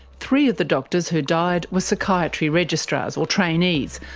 three of the doctors who died were psychiatry registrars, or trainees,